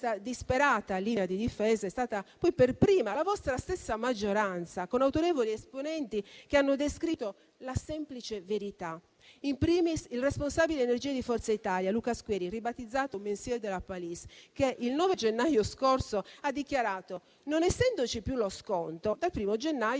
disperata linea di difesa è stata poi per prima la vostra stessa maggioranza, con autorevoli esponenti che hanno descritto la semplice verità, *in primis* il responsabile energetico di Forza Italia, Luca Squeri, ribattezzato Monsieur de la Palice, che il 9 gennaio ha dichiarato quanto segue: non essendoci più lo sconto, dal primo gennaio